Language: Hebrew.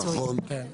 נכון.